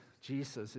Jesus